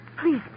please